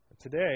Today